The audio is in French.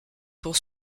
pour